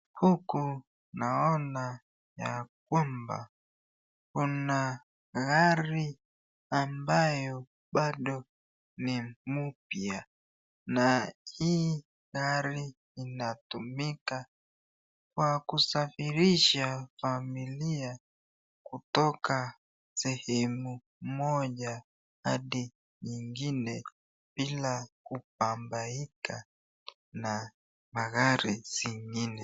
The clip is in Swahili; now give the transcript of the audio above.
Huku naona ya kwamba kuna gari ambayo bado ni mupya na hii gari inatumika kwa kusafirisha familia kutoka sehemu moja hadi nyingine bila kubambaika na magari zingine.